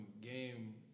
game